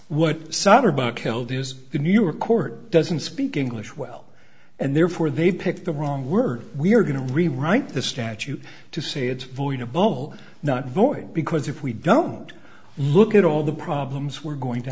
is the new york court doesn't speak english well and therefore they picked the wrong word we're going to rewrite the statute to say it's void above all not void because if we don't look at all the problems we're going to